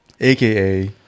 aka